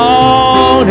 on